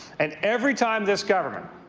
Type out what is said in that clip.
and every time this government